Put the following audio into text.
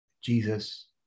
jesus